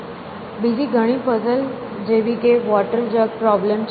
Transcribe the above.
બીજી ઘણી પઝલ જેવી કે વોટર જગ પ્રોબ્લેમ છે